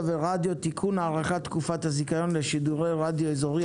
ורדיו (תיקון - הארכת תקופות הזיכיון לשידורי רדיו אזורי),